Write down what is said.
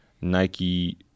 nike